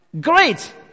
Great